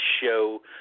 show